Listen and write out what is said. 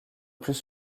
plus